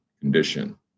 condition